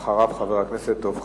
ואחריו, חבר הכנסת דב חנין.